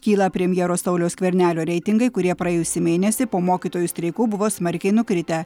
kyla premjero sauliaus skvernelio reitingai kurie praėjusį mėnesį po mokytojų streikų buvo smarkiai nukritę